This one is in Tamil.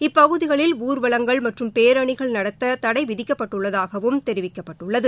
இப்பகுதிகளில் ஊர்வலங்கள் மற்றும் பேரணிகள் நடத்த தடை விதிக்கப்பட்டுள்ளதாகவும் தெரிவிக்கப்பட்டுள்ளது